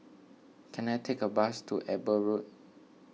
can I take a bus to Eber Road